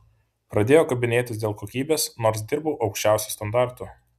pradėjo kabinėtis dėl kokybės nors dirbau aukščiausiu standartu